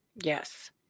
Yes